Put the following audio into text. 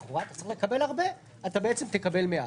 לכאורה אתה צריך לקבל הרבה אתה תקבל מעט.